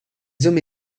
hommes